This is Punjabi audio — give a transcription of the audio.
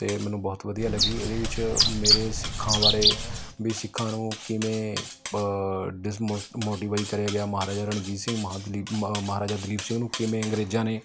ਅਤੇ ਮੈਨੂੰ ਬਹੁਤ ਵਧੀਆ ਲੱਗੀ ਇਹਦੇ ਵਿੱਚ ਮੇਰੇ ਸਿੱਖਾਂ ਬਾਰੇ ਵੀ ਸਿੱਖਾਂ ਨੂੰ ਕਿਵੇਂ ਦਿਸ ਮੋਸਟ ਮੋਡੀਫਾਈ ਕਰਿਆ ਗਿਆ ਮਹਾਰਾਜਾ ਰਣਜੀਤ ਸਿੰਘ ਮਹਾਂ ਦਲੀਪ ਮਹਾ ਮਹਾਰਾਜਾ ਦਲੀਪ ਸਿੰਘ ਨੂੰ ਕਿਵੇਂ ਅੰਗਰੇਜ਼ਾਂ ਨੇ